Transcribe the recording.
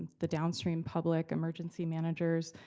the downstream public, emergency managers,